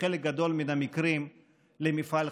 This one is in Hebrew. בחלק גדול מהמקרים על מפעל חיים.